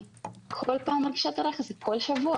אני כל פעם מרגישה את הריח הזה, כל שבוע.